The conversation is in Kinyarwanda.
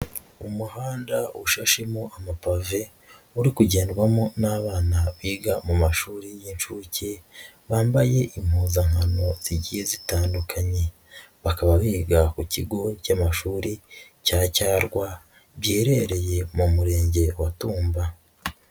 Umuhanda ushashemo amapave uri kugendwamo n'abana biga mu mashuri y'incuke bambaye impuzankano zigiye zitandukanye, bakaba biga ku kigo cy'amashuri cya Cyarwa, giherereye mu murenge wa Tumba.